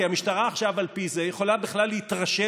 כי המשטרה עכשיו על פי זה יכולה בכלל להתרשל